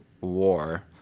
war